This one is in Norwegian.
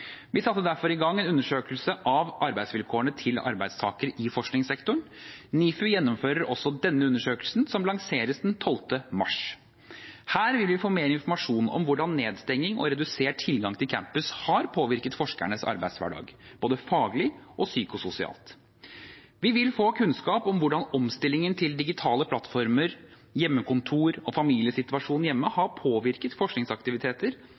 Vi satte derfor i gang en undersøkelse av arbeidsvilkårene til arbeidstakere i forskningssektoren. NIFU gjennomfører også denne undersøkelsen, som lanseres den 12. mars. Her vil vi få mer informasjon om hvordan nedstengning og redusert tilgang til campus har påvirket forskernes arbeidshverdag, både faglig og psykososialt. Vi vil få kunnskap om hvordan omstillingen til digitale plattformer, hjemmekontor og familiesituasjonen hjemme har påvirket forskningsaktiviteter